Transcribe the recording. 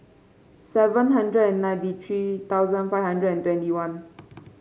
seven hundred and ninety three thousand five hundred and twenty one